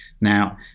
Now